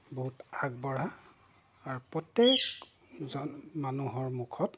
বহুত আগবঢ়া আৰু প্ৰত্যেক জন মানুহৰ মুখত